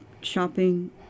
shopping